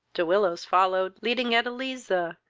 de willows followed, leading edeliza,